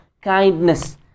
kindness